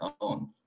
own